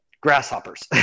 grasshoppers